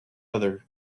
other